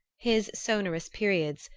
his sonorous periods,